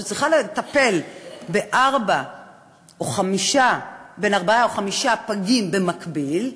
היא צריכה לטפל בארבעה או בחמישה פגים במקביל,